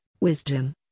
wisdom